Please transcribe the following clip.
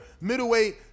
middleweight